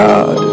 God